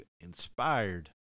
inspired